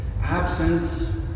Absence